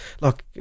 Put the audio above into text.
Look